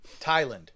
Thailand